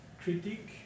critic